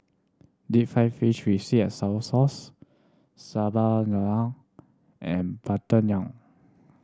deep fried fish with sweet and sour sauce Sambal Lala and butter naan